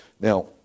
Now